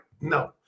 No